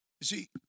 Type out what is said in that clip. see